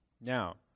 Now